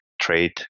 trade